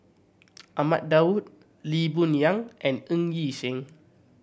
Ahmad Daud Lee Boon Yang and Ng Yi Sheng